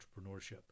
entrepreneurship